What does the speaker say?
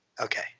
okay